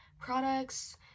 products